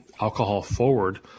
alcohol-forward